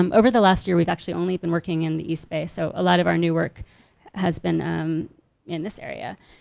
um over the last year we've actually only been working in the east bay. so a lot of our new work has been in this area.